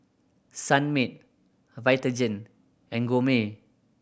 Sunmaid Vitagen and Gourmet